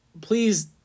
Please